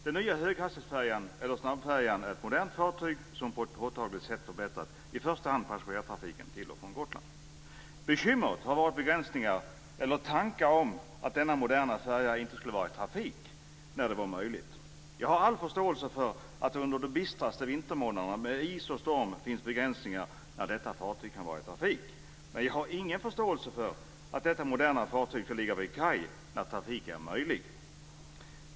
Den nya höghastighetsfärjan eller snabbfärjan är ett modernt fartyg som på ett påtagligt sätt förbättrat i första hand passagerartrafiken till och från Bekymret har varit begränsningar eller tankar om att denna moderna färja inte skulle vara i trafik när det var möjligt. Jag har all förståelse för att det under de bistraste vintermånaderna med is och storm finns begränsningar för när detta fartyg kan vara i trafik. Men jag har ingen förståelse för att detta moderna fartyg ska ligga vid kaj när trafik är möjlig.